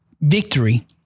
victory